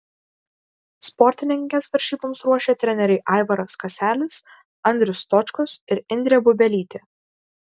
sportininkes varžyboms ruošė treneriai aivaras kaselis andrius stočkus ir indrė bubelytė